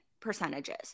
percentages